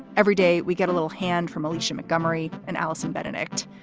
every day we get a little hand from alicia montgomery and allison benedict.